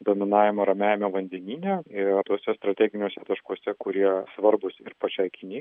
dominavimą ramiajame vandenyne ir tuose strateginiuose taškuose kurie svarbūs ir pačiai kinijai